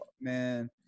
man